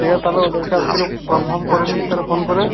ঠিক আছে তাহলে ওদেরকে কাছ থেকে কনফার্ম করে নেই তালে ফোন করে